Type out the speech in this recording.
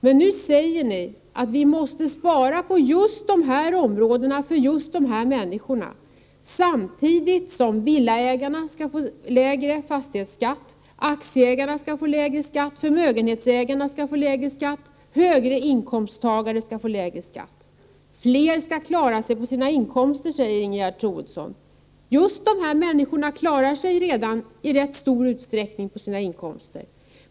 Men nu säger ni att vi måste spara på just de här områdena och just när det gäller de här människorna samtidigt som ni säger att villaägarna skall få lägre fastighetsskatt och även aktieägarna, förmögenhetsägarna och de högre inkomsttagarna skall få lägre skatt. Fler skall klara sig på sina inkomster, säger Ingegerd Troedsson. Just de här människorna klarar sig i rätt stor utsträckning på sina inkomster.